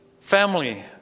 family